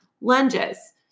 Lunges